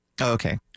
Okay